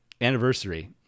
anniversary